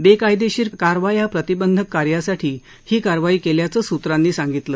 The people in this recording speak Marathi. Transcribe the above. बेकायदेशीर कारवाया प्रतिबंधक कार्यासाठी ही कारवाई केल्याचं सुत्रांनी सांगितलं